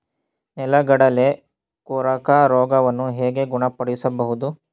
ನೆಲಗಡಲೆ ಕೊರಕ ರೋಗವನ್ನು ಹೇಗೆ ಗುಣಪಡಿಸಬಹುದು?